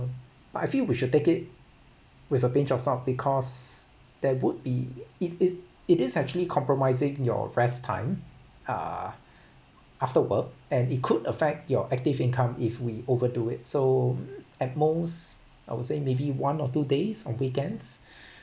but I feel we should take it with a pinch of salt because that would be it it it is actually compromising your rest time uh after work and it could affect your active income if we overdo it so at most I would say maybe one or two days on weekends